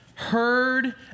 heard